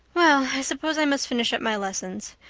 well, i suppose i must finish up my lessons.